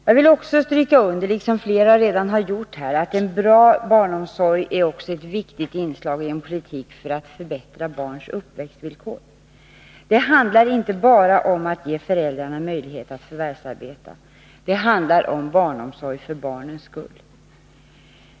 Jag vill också stryka under, liksom flera redan har gjort här, att en bra barnomsorg också är ett viktigt inslag i en politik för att förbättra barns uppväxtvillkor. Det handlar inte bara om att ge föräldrarna möjlighet att förvärvsarbeta — det handlar om barnomsorg för barnens skull.